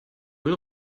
müll